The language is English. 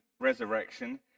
resurrection